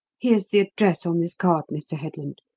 here's the address on this card, mr. headland.